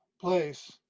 place